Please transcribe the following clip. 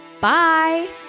bye